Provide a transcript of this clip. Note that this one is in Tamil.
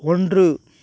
ஒன்று